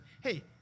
hey